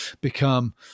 become